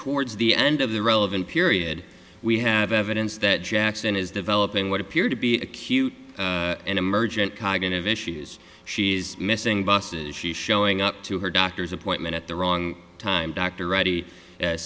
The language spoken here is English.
towards the end of the relevant period we have evidence that jackson is developing what appear to be acute and emergent cognitive issues she's missing buses she's showing up to her doctor's appointment at the wrong time dr reddy